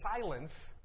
silence